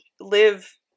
live